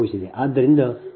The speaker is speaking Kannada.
ಆದ್ದರಿಂದ ನೀವು ಈ ಎರಡು 0